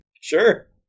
Sure